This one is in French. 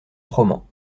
froment